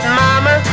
mama